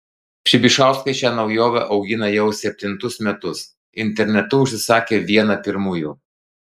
pšibišauskai šią naujovę augina jau septintus metus internetu užsisakė vieną pirmųjų